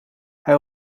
hij